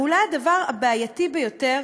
ואולי הדבר הבעייתי ביותר